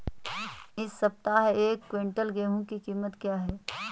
इस सप्ताह एक क्विंटल गेहूँ की कीमत क्या है?